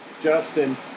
Justin